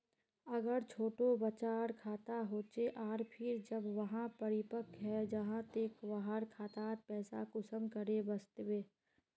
अगर छोटो बच्चार खाता होचे आर फिर जब वहाँ परिपक है जहा ते वहार खातात पैसा कुंसम करे वस्बे?